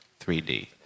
3D